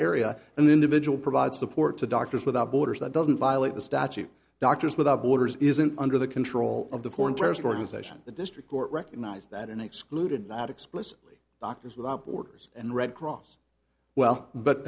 vigil provide support to doctors without borders that doesn't violate the statute doctors without borders isn't under the control of the foreign terrorist organization the district court recognized that and excluded not explicitly doctors without borders and red cross well but